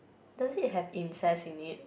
does it have incest in it